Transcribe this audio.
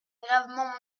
gravement